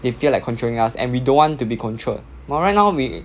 they feel like controlling us and we don't want to be controlled but right now we